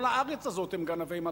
כל הארץ הזו הם גנבי מתכות.